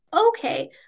okay